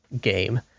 game